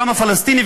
העם הפלסטיני,